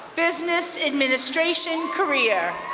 business administration career.